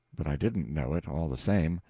but i didn't know it, all the same.